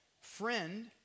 Friend